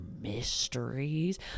mysteries